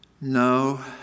No